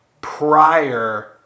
prior